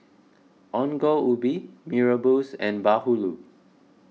Ongol Ubi Mee Rebus and Bahulu